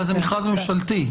אבל זה מכרז ממשלתי?